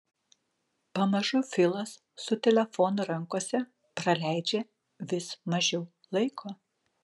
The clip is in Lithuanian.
pamažu filas su telefonu rankose praleidžia vis mažiau laiko